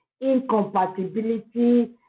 incompatibility